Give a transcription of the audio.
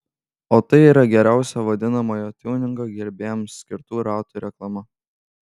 o tai yra geriausia vadinamojo tiuningo gerbėjams skirtų ratų reklama